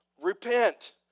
repent